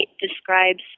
describes